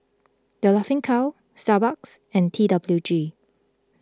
the Laughing Cow Starbucks and T W G